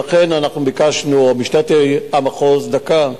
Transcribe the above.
לכן אנחנו ביקשנו, או משטרת המחוז, דקה.